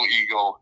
ego